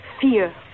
Fear